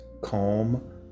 calm